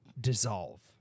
dissolve